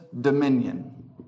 dominion